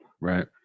right